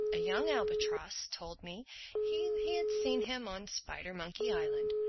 a young albatross told me he had seen him on spidermonkey island?